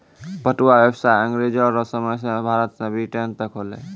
पटुआ व्यसाय अँग्रेजो रो समय से भारत से ब्रिटेन तक होलै